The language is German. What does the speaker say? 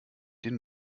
den